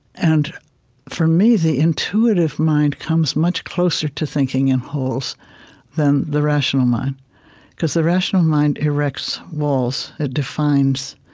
and for me, the intuitive mind comes much closer to thinking in wholes than the rational mind because the rational mind erects walls. it defines.